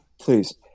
please